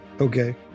Okay